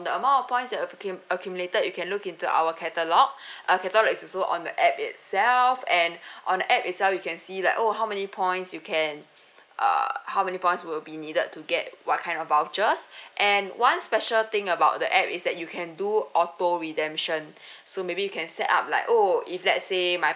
the amount of points you've accum~ accumulated you can look into our catalogue uh catalogue is also on the app itself and on the app itself you can see like oh how many points you can err how many points will be needed to get what kind of vouchers and one special thing about the app is that you can do auto redemption so maybe you can set up like oh if let's say my